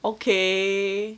okay